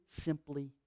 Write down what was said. simply